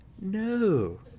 No